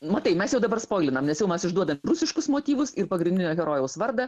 matai mes jau dabar spoilinam nes jau mes išduodam rusiškus motyvus ir pagrindinio herojaus vardą